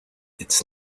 its